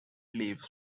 leaves